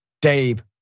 Dave